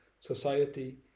society